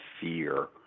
fear